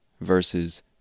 versus